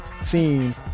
scene